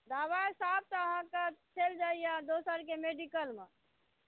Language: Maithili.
दवाइ सभटा अहाँके चलि जाइया दोसरके मेडिकल मे